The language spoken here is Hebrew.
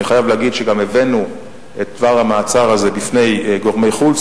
אני חייב להגיד שגם הבאנו את דבר המעצר הזה בפני גורמי חוץ,